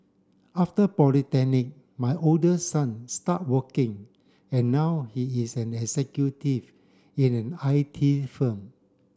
after polytechnic my oldest son start working and now he is an executive in an I T firm